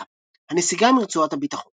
רקע הנסיגה מרצועת הביטחון